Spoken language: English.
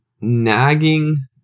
nagging